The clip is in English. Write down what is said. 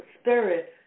spirit